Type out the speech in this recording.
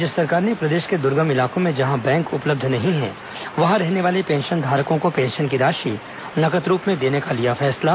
राज्य सरकार ने प्रदेश के दुर्गम इलाकों में जहां बैंक उपलब्ध नहीं है वहां रहने वाले पेंशनधारकों को पेंशन की राशि नकद रूप में देने का लिया फैसला